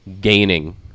gaining